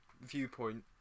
viewpoint